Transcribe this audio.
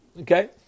Okay